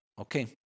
Okay